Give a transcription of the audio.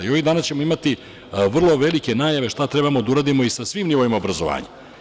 Ovih dana ćemo imati vrlo velike najave šta trebamo da uradimo i sa svim nivoima obrazovanja.